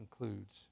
includes